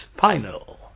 final